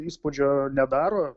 įspūdžio nedaro